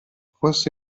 forse